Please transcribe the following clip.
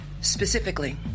Specifically